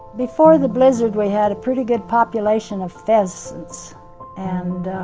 before the blizzard, we had a pretty good population of pheasants and,